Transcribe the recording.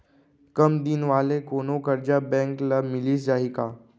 कम दिन वाले कोनो करजा बैंक ले मिलिस जाही का?